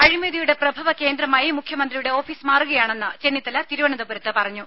അഴിമതിയുടെ പ്രഭവകേന്ദ്രമായി മുഖ്യമന്ത്രിയുടെ ഓഫീസ് മാറുകയാണെന്ന് ചെന്നിത്തല തിരുവനന്തപുരത്ത് പറഞ്ഞു